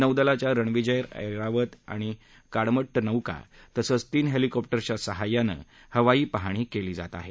नौदलाच्या रणविजय ऐरावत आणि काडमट्ट नौका तसंच तीन हेलिकॉप्टर्सच्या सहाय्यानं हवाई पाहणी केली जात आहे